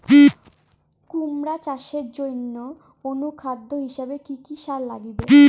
কুমড়া চাষের জইন্যে অনুখাদ্য হিসাবে কি কি সার লাগিবে?